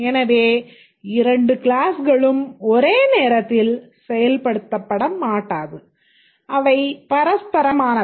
எனவே இரண்டு கிளாஸ்களும் ஒரே நேரத்தில் செயல்படுத்தப்பட மாட்டா அவை பரஸ்பரமானவை